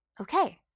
Okay